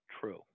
true